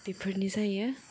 बेफोरनि जायो